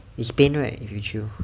it's pain right if you chew